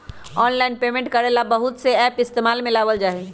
online payment करे ला बहुत से एप इस्तेमाल में लावल जा हई